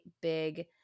big